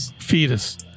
Fetus